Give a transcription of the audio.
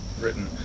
written